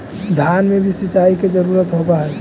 धान मे भी सिंचाई के जरूरत होब्हय?